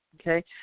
okay